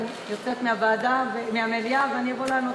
אני יוצאת מהמליאה ואני אבוא לענות אחר כך.